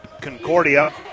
Concordia